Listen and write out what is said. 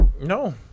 No